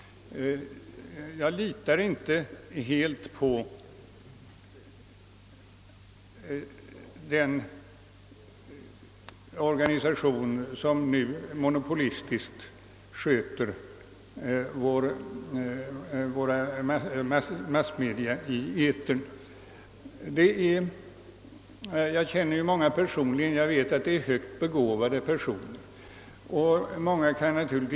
Jag litar inte helt på den organisation som nu monopolistiskt sköter våra massmedia i etern. Jag känner person ligen många inom Sveriges Radio och jag vet att det är högt begåvade personer som sitter i ledningen.